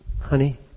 Honey